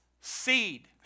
seed